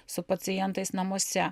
su pacientais namuose